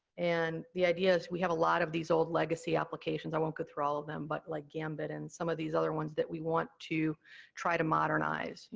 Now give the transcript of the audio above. and the idea is, we have a lot of these old legacy applications, i won't go through all of them, but, like gambit, and some of these other ones that we want to try to modernize. you